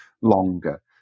longer